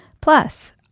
Plus